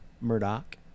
Murdoch